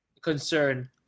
concern